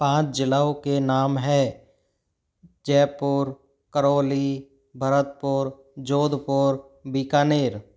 पाँच ज़िलों के नाम है जयपुर करौली भरतपोर जोधपोर बीकानेर